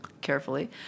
carefully